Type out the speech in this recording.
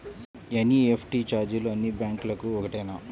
NEFT ఛార్జీలు అన్నీ బ్యాంక్లకూ ఒకటేనా?